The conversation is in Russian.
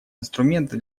инструменты